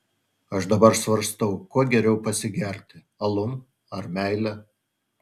aš dabar svarstau kuo geriau pasigerti alum ar meile